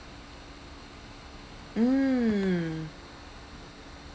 mm